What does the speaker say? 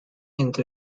into